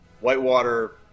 Whitewater